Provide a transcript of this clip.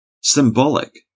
symbolic